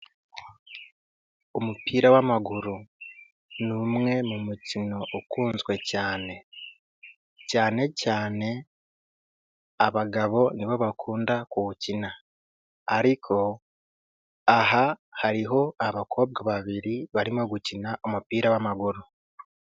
Umupira w'amaguru ni umwe mu mukino ukunzwe cyane, cyane cyane abagabo nibo bakunda kuwukina, ariko aha hariho abakobwa babiri barimo gukina umupira w'amaguru.